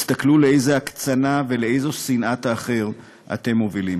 הסתכלו לאיזו הקצנה ולאיזו שנאת האחר אתם מובילים.